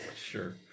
Sure